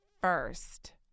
first